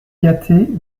gâté